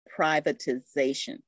privatization